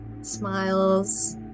smiles